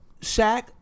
Shaq